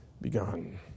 begun